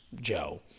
Joe